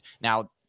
Now